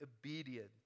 obedient